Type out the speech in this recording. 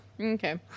Okay